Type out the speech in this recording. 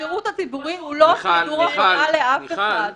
השירות הציבורי הוא לא סידור עבודה לאף אחד,